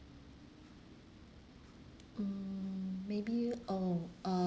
mm maybe um uh